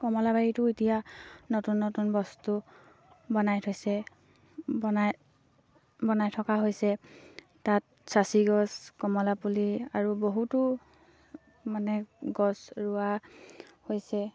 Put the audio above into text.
কমলাবাৰীটো এতিয়া নতুন নতুন বস্তু বনাই থৈছে বনাই বনাই থকা হৈছে তাত চাচীগছ কমলা পুলি আৰু বহুতো মানে গছ ৰোৱা হৈছে